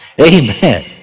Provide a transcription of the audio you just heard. Amen